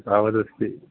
तावदस्ति